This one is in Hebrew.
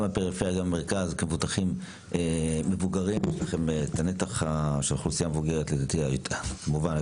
גם בפריפריה וגם במרכז יש לכם את הנתח הגדול ביותר מכולם